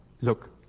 Look